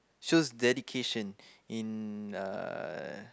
shows dedication in uh